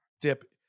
Dip